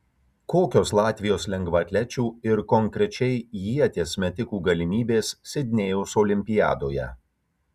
kokios latvijos lengvaatlečių ir konkrečiai ieties metikų galimybės sidnėjaus olimpiadoje